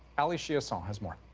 ali chiasson has more.